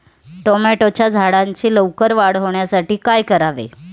टोमॅटोच्या झाडांची लवकर वाढ होण्यासाठी काय करावे?